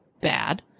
Bad